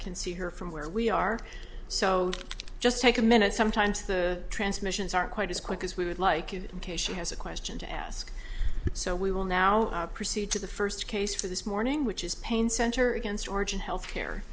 can see her from where we are so just take a minute sometimes the transmissions aren't quite as quick as we would like you ok she has a question to ask so we will now proceed to the first case for this morning which is pain center against origen health care